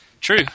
True